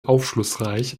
aufschlussreich